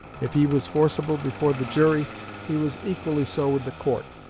if he was forcible before the jury he was equally so with the court.